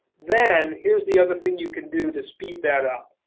then, here's the other thing you can do to speed that up.